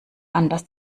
anders